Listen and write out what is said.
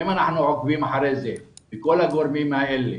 אם אנחנו עוקבים אחרי זה וכל הגורמים האלה